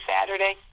Saturday